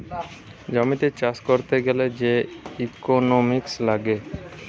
জমিতে চাষ করতে গ্যালে যে ইকোনোমিক্স লাগে